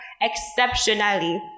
exceptionally